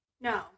No